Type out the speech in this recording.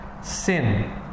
Sin